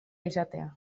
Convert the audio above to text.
izatea